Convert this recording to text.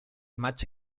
macho